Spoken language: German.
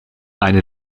eine